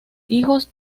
hijos